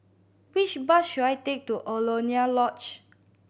which bus should I take to Alaunia Lodge